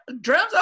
drums